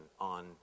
on